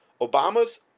Obama's